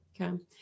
Okay